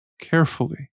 carefully